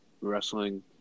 wrestling